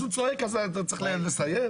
הוא צועק אז אתה צריך לסיים?